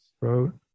throat